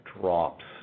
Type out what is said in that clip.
drops